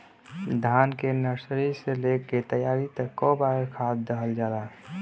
धान के नर्सरी से लेके तैयारी तक कौ बार खाद दहल जाला?